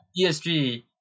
ESG